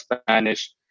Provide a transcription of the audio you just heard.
Spanish